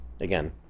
Again